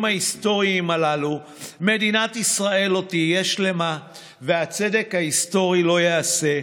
ההיסטוריים הללו מדינת ישראל לא תהיה שלמה והצדק ההיסטורי לא ייעשה.